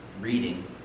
reading